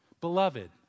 beloved